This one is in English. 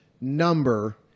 number